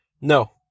No